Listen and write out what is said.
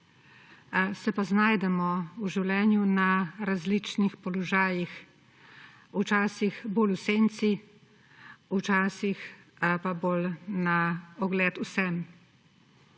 Se pa znajdemo v življenju na različnih položajih, včasih bolj v senci, včasih pa bolj na ogled vsem.